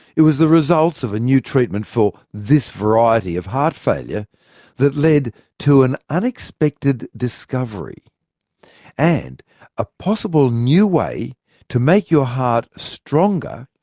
it was the results of a new treatment for this variety of heart failure that led to an unexpected discovery and a possible new way to make your heart stronger,